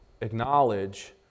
acknowledge